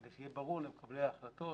כדי שיהיה ברור למקבלי ההחלטות,